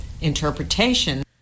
interpretation